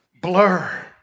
Blur